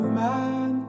man